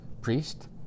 priest